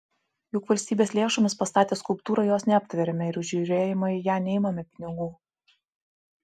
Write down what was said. juk valstybės lėšomis pastatę skulptūrą jos neaptveriame ir už žiūrėjimą į ją neimame pinigų